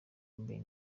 mbere